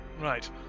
Right